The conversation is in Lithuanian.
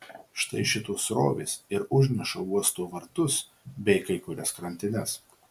štai šitos srovės ir užneša uosto vartus bei kai kurias krantines